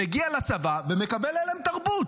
מגיע לצבא ומקבל הלם תרבות.